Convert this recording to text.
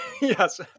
Yes